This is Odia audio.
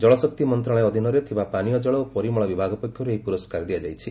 ଜଳଶକ୍ତି ମନ୍ତଶାଳୟ ଅଧୀନରେ ଥିବା ପାନୀୟ ଜଳ ଓ ପରିମଳ ବିଭାଗ ପକ୍ଷରୁ ଏହି ପୁରସ୍କାର ଦିଆଯାଇଛି